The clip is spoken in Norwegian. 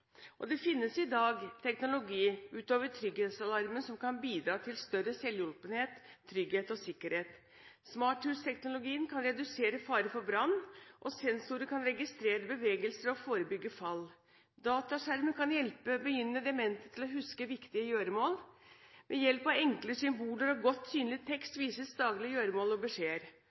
best. Det finnes i dag teknologi utover trygghetsalarmen som kan bidra til større selvhjulpenhet, trygghet og sikkerhet. Smarthusteknologien kan redusere fare for brann, og sensorer kan registrere bevegelser og forebygge fall. Dataskjermer kan hjelpe begynnende demente til å huske viktige gjøremål. Ved hjelp av enkle symboler og godt synlig tekst vises daglige gjøremål og beskjeder.